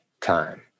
Time